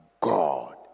God